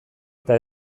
eta